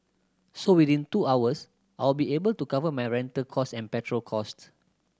so within two hours I'll be able to cover my rental cost and petrol cost